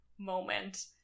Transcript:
moment